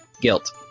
guilt